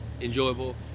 enjoyable